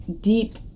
deep